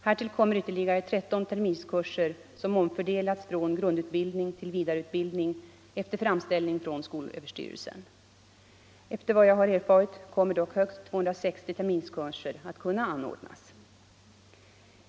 Härtill kommer ytterligare 13 terminskurser, som omfördelats från grundutbildning till vidareutbildning efter framställning från skolöverstyrelsen. Efter vad jag har erfarit kommer dock högst 260 terminskurser att kunna anordnas.